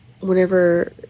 whenever